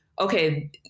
okay